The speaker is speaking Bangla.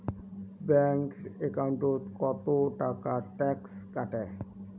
ব্যাংক একাউন্টত কতো টাকা ট্যাক্স কাটে?